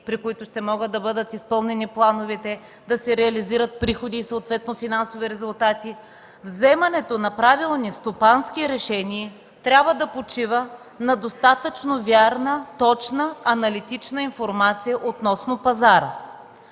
при които ще могат да бъдат изпълнени плановете, да се реализират приходи и съответно финансови резултати. Вземането на правилни стопански решения трябва да почива на достатъчно вярна, точна, аналитична информация относно пазара.